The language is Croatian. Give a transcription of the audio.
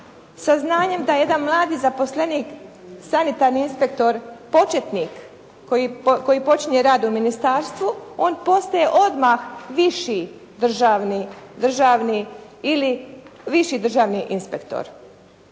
sa znanjem da jedan mladi zaposlenik sanitarni inspektor početnik koji počinje rad u ministarstvu on postaje odmah viši državni ili viši državni inspektor.